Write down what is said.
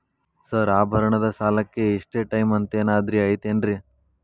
Sir ಆಭರಣದ ಸಾಲಕ್ಕೆ ಇಷ್ಟೇ ಟೈಮ್ ಅಂತೆನಾದ್ರಿ ಐತೇನ್ರೇ?